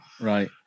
right